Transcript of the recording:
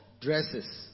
dresses